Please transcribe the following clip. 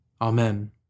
Amen